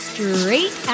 Straight